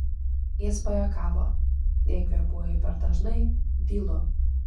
jis pajuokavo jei kvėpuoju per dažnai dylu